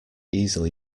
easily